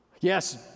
Yes